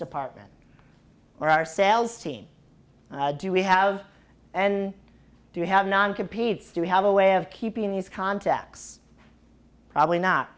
department or our sales team do we have and do have non competes do we have a way of keeping these contacts probably not